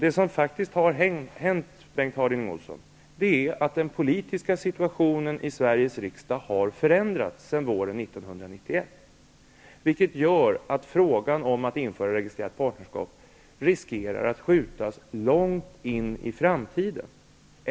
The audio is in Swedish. Det som faktiskt har hänt, Bengt Harding Olson, är att den politiska situationen i Sveriges riksdag har förändrats sedan våren 1991, vilket gör att frågan om att införa registrerat partnerskap riskerar att skjutas långt in i framtiden.